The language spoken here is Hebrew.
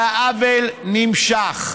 והעוול נמשך.